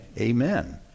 Amen